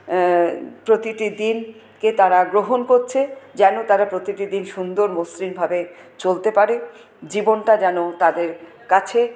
প্রতিটি দিনকে তারা গ্রহণ করছে যেন তারা প্রতিটি দিন সুন্দর মসৃণভাবে চলতে পারে জীবনটা যেন তাদের কাছে